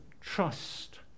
trust